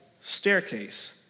staircase